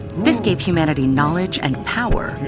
this gave humanity knowledge and power,